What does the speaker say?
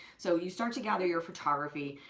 so you start to gather your photography,